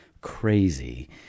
crazy